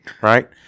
right